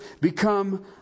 become